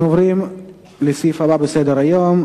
אנחנו עוברים לסעיף הבא בסדר-היום,